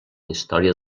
història